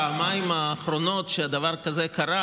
בפעמיים האחרונות שדבר כזה קרה,